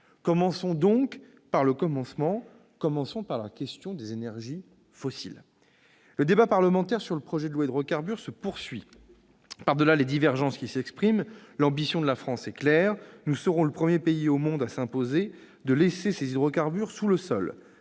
Commençons donc par le commencement, c'est-à-dire par la question des énergies fossiles. Le débat parlementaire sur le projet de loi Hydrocarbures se poursuit. Par-delà les divergences qui s'expriment, l'ambition de la France est claire : nous serons le premier pays au monde s'imposant à lui-même de laisser ses hydrocarbures sous le sol.